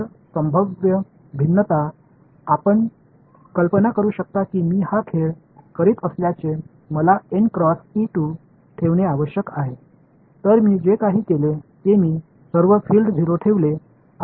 மற்றும் எல்லாவற்றையும் மின்னோட்டம் உள்வாங்கிக் கொண்டது ஆனால் வேறு சில பங்களிப்புகள் வேறு சில இகுவெளன்ட் கொள்கையுடன் வரும் என்று நான் நினைக்கிறேன் மேலும் பல புத்தகங்கள் உள்ளன